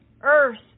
earth